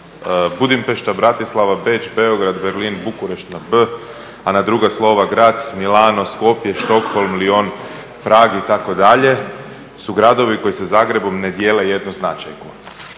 Budimpešta, Bratislava, Beč, Beograd, Berlin, Bukurešt na B, a na druga slova Graz, Milano, Skopje, Stockholm, Lion, Prag itd. su gradovi koji sa Zagrebom ne dijelu jednu značajku,